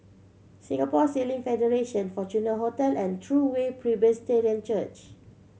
Singapore Sailing Federation Fortuna Hotel and True Way Presbyterian Church